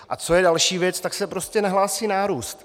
A co je další věc tak se prostě nahlásí nárůst.